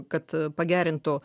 kad pagerintų